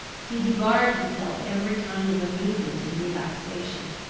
he debarred himself every kind of amusement and relaxation.